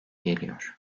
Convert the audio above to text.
geliyor